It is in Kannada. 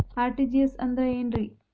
ಆರ್.ಟಿ.ಜಿ.ಎಸ್ ಅಂದ್ರ ಏನ್ರಿ?